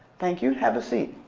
thank you, have a seat.